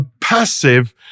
passive